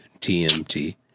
TMT